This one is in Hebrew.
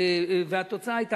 והתוצאה היתה,